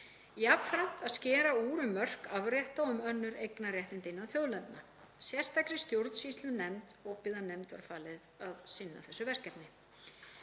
jafnframt að skera úr um mörk afrétta og um önnur eignarréttindi innan þjóðlendna. Sérstakri stjórnsýslunefnd, óbyggðanefnd, var falið að sinna þessu verkefni.